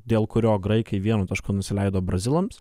dėl kurio graikai vienu tašku nusileido brazilams